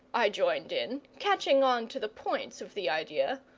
i joined in, catching on to the points of the idea,